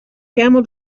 camel